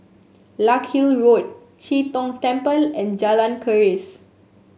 Larkhill Road Chee Tong Temple and Jalan Keris